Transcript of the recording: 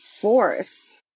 forced